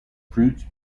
fruits